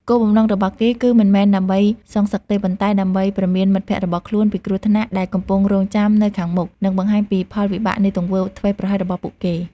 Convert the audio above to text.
គោលបំណងរបស់គេគឺមិនមែនដើម្បីសងសឹកទេ ប៉ុន្តែដើម្បី ព្រមានមិត្តភ័ក្តិរបស់ខ្លួន ពីគ្រោះថ្នាក់ដែលកំពុងរង់ចាំនៅខាងមុខ និងបង្ហាញពីផលវិបាកនៃទង្វើធ្វេសប្រហែសរបស់ពួកគេ។